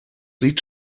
sieht